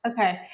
Okay